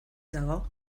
dago